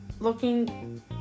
Looking